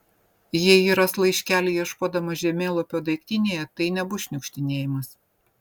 jei ji ras laiškelį ieškodama žemėlapio daiktinėje tai nebus šniukštinėjimas